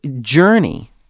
Journey